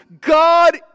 God